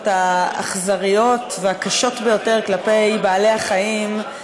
האכזריות והקשות ביותר כלפי בעלי-החיים,